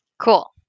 Cool